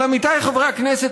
אבל עמיתיי חברי הכנסת,